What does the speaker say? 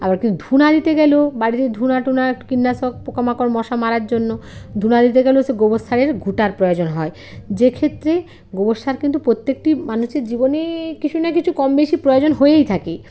আবার ধুনা দিতে গেলেও বাড়িতে ধুনা টুনা একটু কীটনাশক পোকা মাকড় মশা মারার জন্য ধুনা দিতে গেলেও সে গোবর সারের ঘুঁটার প্রয়োজন হয় যেক্ষেত্রে গোবর সার কিন্তু প্রত্যেকটি মানুষের জীবনে কিছু না কিছু কম বেশি প্রয়োজন হয়েই থাকে